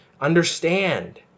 understand